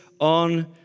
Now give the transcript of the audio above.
on